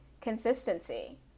consistency